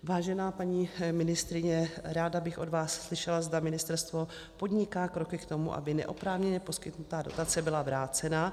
Vážená paní ministryně, ráda bych od vás slyšela, zda ministerstvo podniká kroky k tomu, aby neoprávněně poskytnutá dotace byla vrácena.